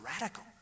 radical